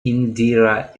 indira